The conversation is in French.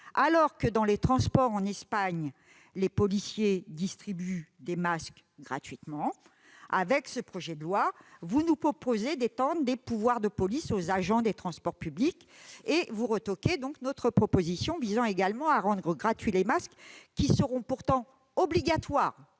alors que dans les transports espagnols les policiers distribuent des masques gratuitement, avec ce projet de loi, vous nous proposez d'étendre les pouvoirs de police aux agents des transports publics et vous retoquez notre proposition visant à rendre gratuits les masques qui seront pourtant obligatoires